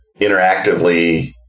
interactively